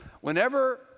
Whenever